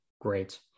Great